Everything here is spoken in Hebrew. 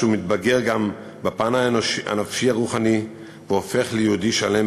שהוא מתבגר גם בפן הנפשי-הרוחני והופך ליהודי שלם,